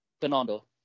Bernardo